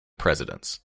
presidents